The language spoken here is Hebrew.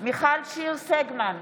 מיכל שיר סגמן,